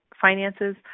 finances